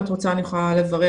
אם את רוצה אני יכולה לברר,